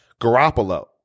Garoppolo